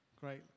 Great